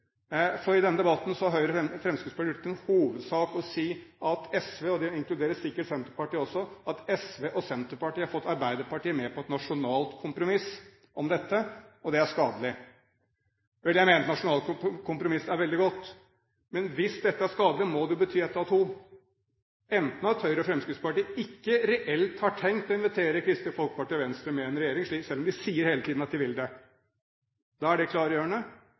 For i denne debatten har Høyre og Fremskrittspartiet gjort det til en hovedsak å si at SV – og det inkluderer sikkert også Senterpartiet – har fått Arbeiderpartiet med på et nasjonalt kompromiss om dette, og det er skadelig. Jeg mener at dette nasjonale kompromiss er veldig godt. Men hvis det er skadelig, må det jo bety ett av to: enten at Høyre og Fremskrittspartiet ikke reelt har tenkt å invitere Kristelig Folkeparti og Venstre med i en regjering, selv om de hele tiden sier at de vil det – da er det klargjørende